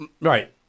Right